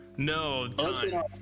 No